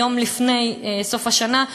יום לפני סוף השנה,